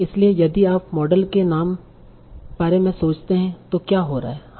इसलिए यदि आप मॉडल के नाम बारे में सोचते हैं तो क्या हो रहा है